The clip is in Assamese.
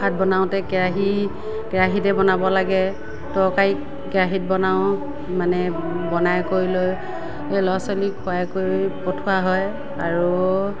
ভাত বনাওতে কেৰাহী কেৰাহীতে বনাব লাগে তৰকাৰী কেৰাহীত বনাওঁ মানে বনাই কৰি লৈ সেই ল'ৰা ছোৱালীক খোৱাই কৰি পঠিওৱা হয় আৰু